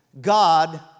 God